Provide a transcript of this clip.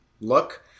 look